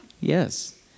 Yes